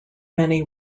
many